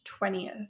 20th